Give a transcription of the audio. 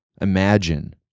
imagine